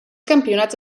campionats